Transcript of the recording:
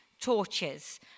torches